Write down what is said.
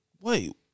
Wait